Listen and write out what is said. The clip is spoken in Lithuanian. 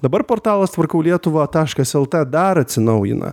dabar portalas tvarkau lietuvą taškas lt dar atsinaujina